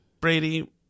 Brady